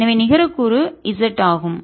எனவே நிகர கூறு z ஆகும்